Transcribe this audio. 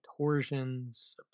torsions